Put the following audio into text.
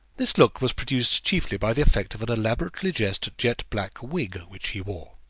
this look was produced chiefly by the effect of an elaborately dressed jet black wig which he wore.